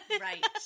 Right